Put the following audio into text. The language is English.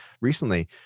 recently